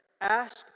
ask